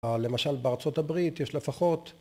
למשל בארצות הברית יש לפחות